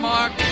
Mark